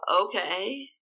okay